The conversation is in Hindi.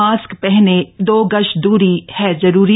मास्क पहनें दो गज दूरी है जरूरी